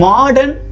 Modern